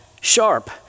sharp